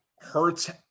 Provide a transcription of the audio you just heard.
hurts